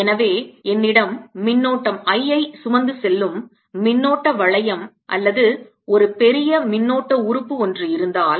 எனவே என்னிடம் மின்னோட்டம் I ஐ சுமந்து செல்லும் மின்னோட்ட வளையம் அல்லது ஒரு பெரிய மின்னோட்ட உறுப்பு ஒன்று இருந்தால்